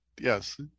Yes